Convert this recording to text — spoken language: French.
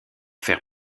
faire